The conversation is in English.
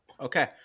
Okay